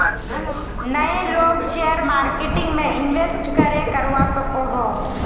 नय लोग share marketing में इंवेस्ट करे करवा सकोहो?